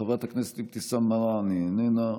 חברת הכנסת אבתיסאם מראענה, איננה.